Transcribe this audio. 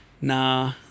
nah